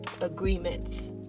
agreements